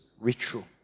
ritual